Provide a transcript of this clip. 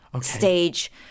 stage